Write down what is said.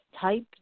type